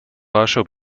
warschau